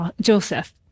Joseph